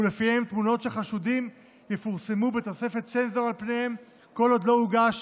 ולפיהם תמונות של חשודים יפורסמו בתוספת צנזור של פניהם כל עוד לא הוגש